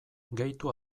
gehitu